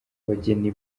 bageni